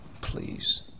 Please